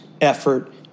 effort